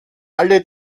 alle